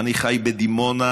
אני חי בדימונה.